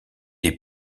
est